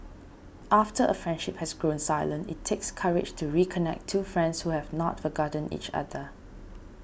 after a friendship has grown silent it takes courage to reconnect two friends who have not forgotten each other